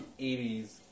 80s